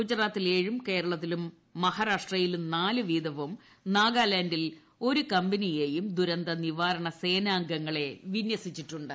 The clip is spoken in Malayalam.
ഗുജറാത്തിൽ ഏഴും കേരളത്തിലും മഹാരാഷ്ട്രയിലും നാലു വീതവും നാഗാലാന്റിൽ ഒരു കമ്പനിയെയും ദുരന്ത നിവാരണ സേനാംഗങ്ങളെ വിന്യസിച്ചിട്ടുണ്ട്